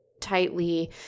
tightly